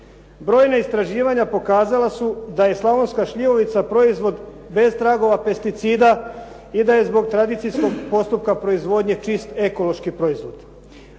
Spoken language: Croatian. Brojna istraživanja pokazala su da je slavonska šljivovica proizvod bez tragova pesticida i da je zbog tradicijskog postupka proizvodnje čist ekološki proizvod.